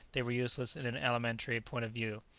they were useless in an alimentary point of view.